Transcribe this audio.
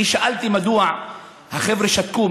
שאלתי מדוע החבר'ה שתקו,